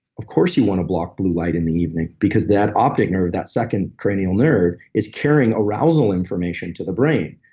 of course you want to block blue light in the evening, because that optic nerve, that second cranial nerve is carrying arousal information to the brain,